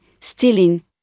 stealing